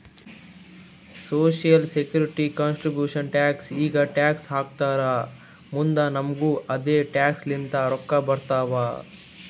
social security contribution tax ಈಗ tax ಹಾಕ್ತಾರ್ ಮುಂದ್ ನಮುಗು ಅದೆ ಟ್ಯಾಕ್ಸ್ ಲಿಂತ ರೊಕ್ಕಾ ಬರ್ತಾವ್